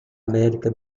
américa